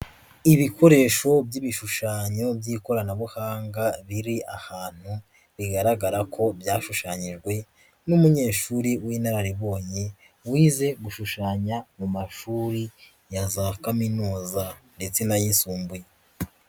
Ibikoresho by'ibishushanyo by'ikoranabuhanga, biri ahantu bigaragara ko byashushanyijwe n'umunyeshuri w'inararibonye, wize gushushanya mu mashuri ya za kaminuza ndetse n'ayisumbuye.